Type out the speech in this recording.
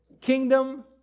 kingdom